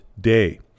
day